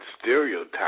stereotypes